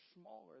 smaller